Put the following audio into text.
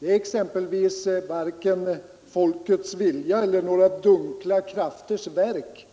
Det är varken folkets vilja eller några dunkla krafters verk